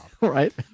Right